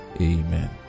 Amen